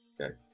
Okay